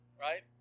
right